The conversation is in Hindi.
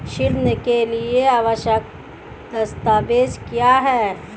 ऋण के लिए आवश्यक दस्तावेज क्या हैं?